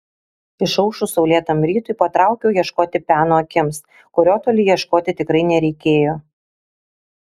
išaušus saulėtam rytui patraukiau ieškoti peno akims kurio toli ieškoti tikrai nereikėjo